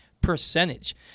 Percentage